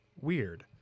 Weird